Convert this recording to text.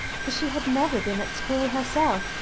for she had never been at school herself,